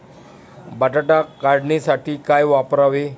बटाटा काढणीसाठी काय वापरावे?